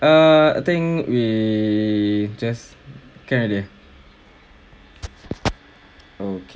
uh I think we just can already okay